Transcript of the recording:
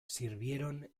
sirvieron